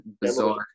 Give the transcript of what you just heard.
bizarre